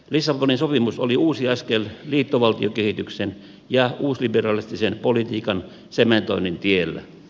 lissabonin sopimus oli uusi askel liittovaltiokehityksen ja uusliberalistisen politiikan sementoinnin tiellä